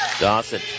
Dawson